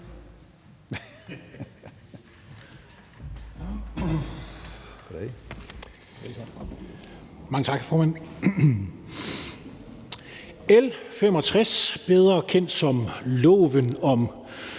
Mange tak, formand. L 65, bedre kendt som forslag